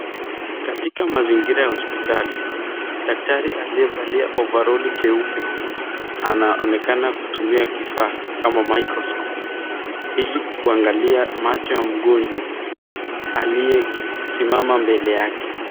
Katika mazingira ya hospitali, daktari aliyevalia ovaroli jeupe anaonekana kutumia kifaa kama microscope ili kuangalia macho ya mgonjwa aliyesimama mbele yake.